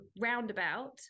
Roundabout